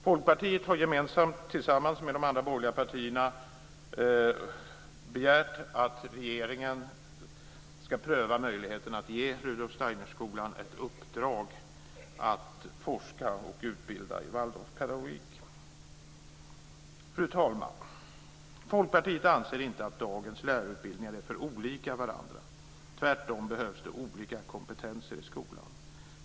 Folkpartiet har tillsammans med de andra borgerliga partierna begärt att regeringen ska pröva möjligheten att ge Rudolf Steinerskolan ett uppdrag att forska och utbilda i Waldorfpedagogik. Fru talman! Folkpartiet anser inte att dagens lärarutbildningar är för olika varandra. Tvärtom behövs det olika kompetenser i skolan.